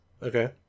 Okay